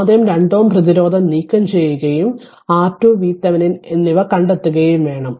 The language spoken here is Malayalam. ആദ്യം 2 Ω പ്രതിരോധം നീക്കംചെയ്യുകയും R2 VThevenin എന്നിവ കണ്ടെത്തുകയും വേണം